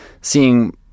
seeing